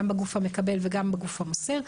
גם בגוף המקבל וגם בגוף המוסר.